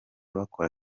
bakora